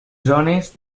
zones